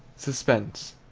suspense.